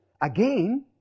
again